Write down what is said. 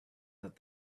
that